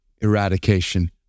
eradication